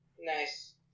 Nice